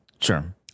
Sure